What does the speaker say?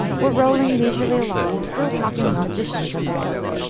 were rolling leisurely along, still talking of magicians and their ilk.